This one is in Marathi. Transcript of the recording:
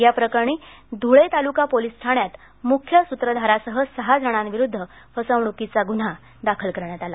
याप्रकरणी धुळे तालुका पोलिस ठाण्यात मुख्य सुत्रधारासह सहा जणांविरुद्ध फसवणुकीचा गुन्हा दाखल करण्यात आला